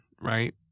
right